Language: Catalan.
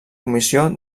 comissió